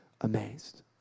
amazed